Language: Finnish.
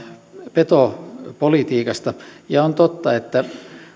petopolitiikasta ja on totta että